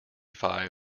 five